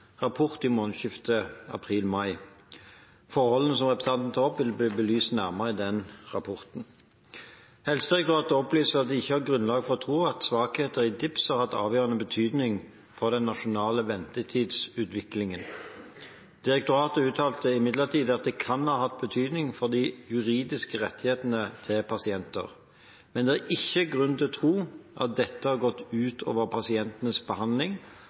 rapport i månedsskiftet april/mai. Forholdene som representanten tar opp, vil bli belyst nærmere i denne rapporten. Helsedirektoratet opplyser at de ikke har grunnlag for å tro av svakheter i DIPS har hatt avgjørende betydning for den nasjonale ventetidsutviklingen. Direktoratet uttaler imidlertid at det kan ha hatt betydning for de juridiske rettighetene til pasienter. Men de har ikke grunn til å tro at dette har gått ut over pasientenes behandling,